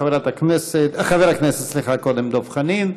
חבר הכנסת דב חנין,